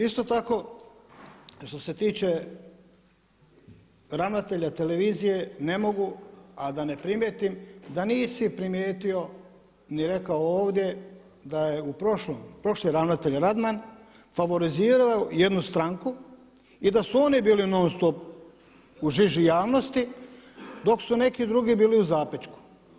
Isto tako što se tiče ravnatelja televizije ne mogu a da ne primijetim da nisi primijetio ni rekao ovdje da je u prošlom, prošli ravnatelj Radman favorizirao jednu stranku i da u oni bili non stop u žiži javnosti dok su neki drugi bili u zapećku.